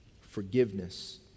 forgiveness